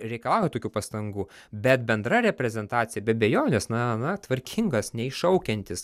reikalauja tokių pastangų bet bendra reprezentacija be abejonės na na tvarkingas neiššaukiantis